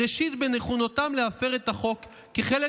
"ראשית בנכונותם להפר את החוק כחלק